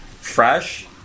fresh